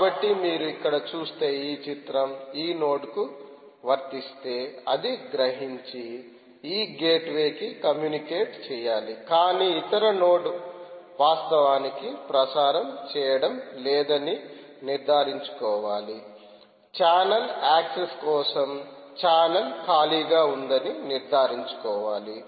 కాబట్టి మీరు ఇక్కడ చూస్తే ఈ చిత్రంఈ నోడ్కు వర్తిస్తే అది గ్రహించి ఈ గేట్వే కి కమ్యూనికేట్ చేయాలి కానీ ఇతర నోడ్ వాస్తవానికి ప్రసారం చేయడంలేదని నిర్ధారించుకోవాలిఛానెల్ యాక్సెస్ కోసం ఛానెల్ కాళిగా ఉందని నిర్ధారించుకోవాలి